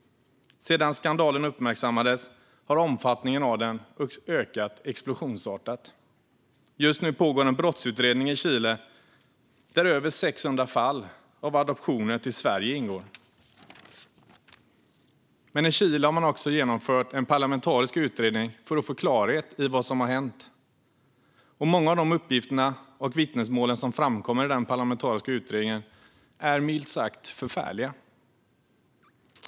Sedan skandalen uppmärksammades har omfattningen av den ökat explosionsartat. Just nu pågår en brottsutredning i Chile där över 600 fall av adoptioner till Sverige ingår. Men i Chile har man också genomfört en parlamentarisk utredning för att få klarhet i vad som har hänt. Många av de uppgifter och vittnesmål som framkommer i den parlamentariska utredningen är, milt sagt, förfärliga.